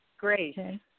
Great